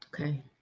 Okay